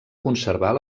conservar